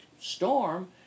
storm